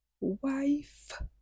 wife